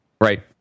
right